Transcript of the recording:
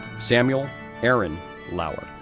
samuel aaron laur,